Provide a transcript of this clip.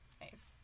nice